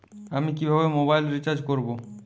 আমি কিভাবে mobile recharge করব?